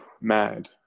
mad